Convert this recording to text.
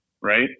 right